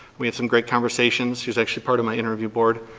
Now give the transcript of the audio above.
we had some great conversations. she was actually part of my interview board.